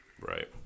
Right